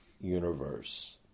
universe